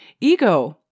ego